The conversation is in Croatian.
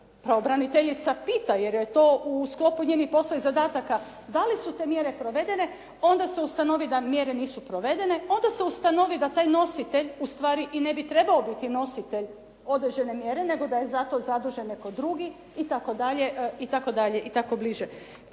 pravobraniteljica pita jer joj je to u sklopu njenih poslovnih zadaka da li su te mjere provedene, onda se ustanovi da mjere nisu provedene, onda se ustanovi da taj nositelj ustvari i ne bi trebao biti nositelj određene mjere, nego da je zato zadužen netko drugi itd. itd. i tako bliže.